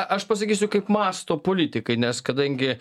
aš pasakysiu kaip mąsto politikai nes kadangi